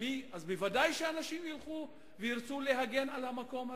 ודאי שאנשים ילכו וירצו להגן על המקום הזה,